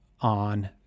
on